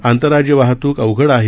आंतरराज्य वाहतूक अवघड आहे